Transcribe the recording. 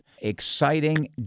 exciting